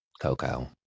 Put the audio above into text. Coco